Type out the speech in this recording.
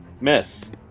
Miss